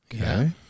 Okay